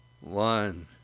One